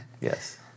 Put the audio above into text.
Yes